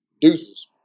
Deuces